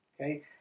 okay